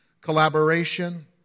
collaboration